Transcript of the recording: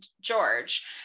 George